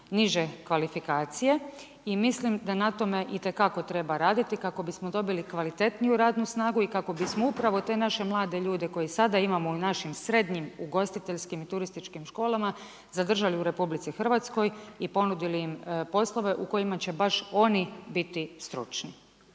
niže kvalifikacije i mislim da na tome itekako treba raditi kako bismo dobili kvalitetniju radnu snagu i kako bismo upravo te naše mlade ljude koje sada imamo u našim srednjim ugostiteljskim i turističkim školama zadržali u RH i ponudili im poslove u kojima će baš oni biti stručni.